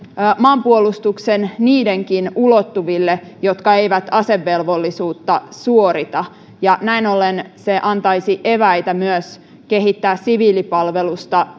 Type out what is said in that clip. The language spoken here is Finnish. maanpuolustuksen niidenkin ulottuville jotka eivät asevelvollisuutta suorita ja näin ollen se antaisi eväitä myös kehittää siviilipalvelusta